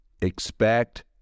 Expect